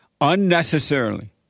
Unnecessarily